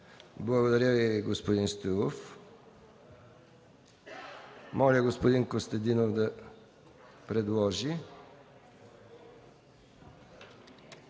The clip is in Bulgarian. Благодаря, господин Стоилов. Моля господин Костадинов да направи